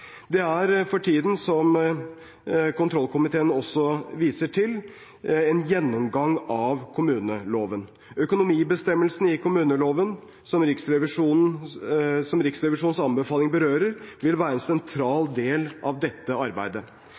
Det er for tiden, som kontrollkomiteen også viser til, en gjennomgang av kommuneloven. Økonomibestemmelsene i kommuneloven, som Riksrevisjonens anbefalinger berører, vil være en sentral del av dette arbeidet.